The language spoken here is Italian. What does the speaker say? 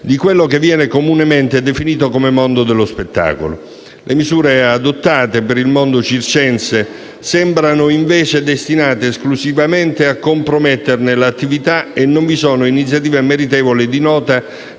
di quello che viene comunemente definito come mondo dello spettacolo. Le misure adottate per il mondo circense sembrano, invece, destinate esclusivamente a comprometterne l'attività e non vi sono iniziative meritevoli di nota